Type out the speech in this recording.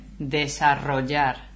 Desarrollar